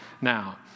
now